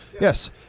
Yes